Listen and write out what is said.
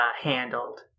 handled